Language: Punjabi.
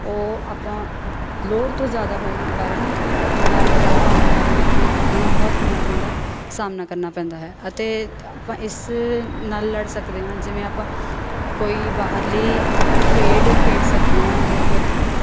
ਉਹ ਆਪਾਂ ਲੋੜ ਤੋਂ ਜ਼ਿਆਦਾ ਹੋਣ ਕਾਰਨ ਜਿਹੜਾ ਮੋਟਾਪਾ ਆਉਣ ਕਾਰਨ ਜਿਹੜੀ ਆਪਾਂ ਨੂੰ ਬਹੁਤ ਬਿਮਾਰੀਆਂ ਦਾ ਸਾਹਮਣਾ ਕਰਨਾ ਪੈਂਦਾ ਹੈ ਅਤੇ ਆਪਾਂ ਇਸ ਨਾਲ ਲੜ ਸਕਦੇ ਹਾਂ ਜਿਵੇਂ ਆਪਾਂ ਕੋਈ ਬਾਹਰਲੀ ਖੇਡ ਖੇਡ ਸਕਦੇ ਹਾਂ ਜਿਵੇਂ ਕੋਈ